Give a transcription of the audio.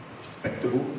respectable